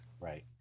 Right